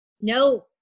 No